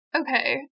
Okay